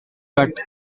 cut